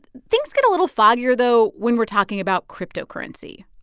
things get a little foggier, though, when we're talking about cryptocurrency.